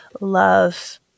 love